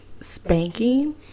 spanking